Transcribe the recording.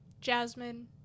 Jasmine